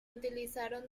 utilizaron